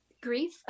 grief